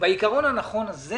בעיקרון הנכון הזה